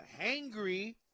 hangry